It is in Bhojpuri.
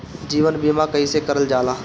जीवन बीमा कईसे करल जाला?